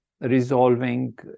resolving